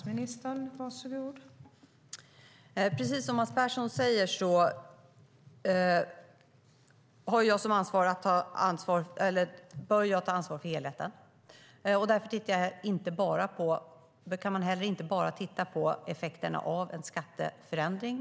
Fru talman! Precis som Mats Persson säger bör jag ta ansvar för helheten. Då kan man inte bara titta på effekterna av en skatteförändring.